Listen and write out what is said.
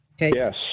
yes